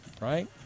right